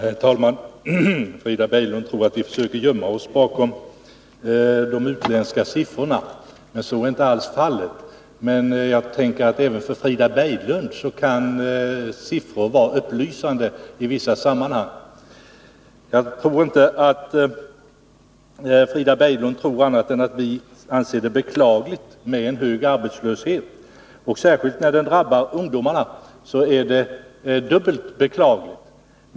Herr talman! Frida Berglund tror att vi försöker gömma oss bakom de utländska sifforna. Men så är inte alls fallet. Även för Frida Berglund kan väl siffror vara upplysande i vissa sammanhang. Jag förmodar att Frida Berglund inte tror annat än att vi anser det beklagligt med en hög arbetslöshet. När den drabbar ungdomarna är det dubbelt beklagligt.